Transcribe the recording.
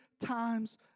times